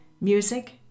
Music